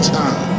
time